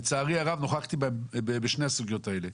לצערי הרב נכחתי בשתי הסוגיות האלה.